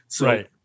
right